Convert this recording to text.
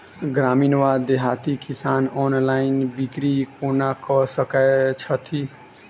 ग्रामीण वा देहाती किसान ऑनलाइन बिक्री कोना कऽ सकै छैथि?